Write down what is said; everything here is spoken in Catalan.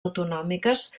autonòmiques